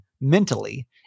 mentally